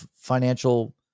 financial